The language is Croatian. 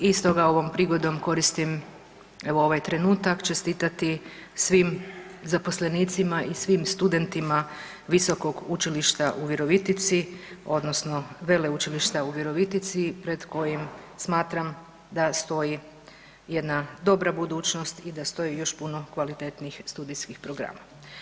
I stoga ovom prigodom koristim evo ovaj trenutak čestitati svim zaposlenicima i svim studentima Visokog učilišta u Virovitici odnosno Veleučilišta u Virovitici pred kojim smatram da stoji jedna dobra budućnost i da stoji još puno kvalitetnijih studijskih programa.